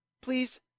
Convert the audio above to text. Please